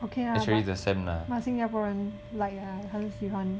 okay lah but but 新加坡人 like um 很喜欢